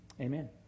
Amen